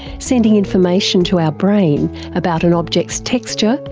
sending information to our brain about an object's texture,